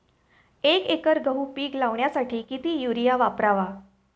एक एकर गहू पीक लावण्यासाठी किती युरिया वापरावा?